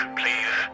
please